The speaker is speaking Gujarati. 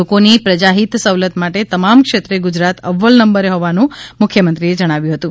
લોકોની પ્રજાહિત સવલત માટે તમામ ક્ષેત્રે ગુજરાત અવ્વલ નંબરે હોવાનું મુખ્યમંત્રીશ્રીએ જણાવ્યું હતું